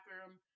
bathroom